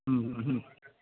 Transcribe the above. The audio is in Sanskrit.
ह्म् ह्म् ह्म्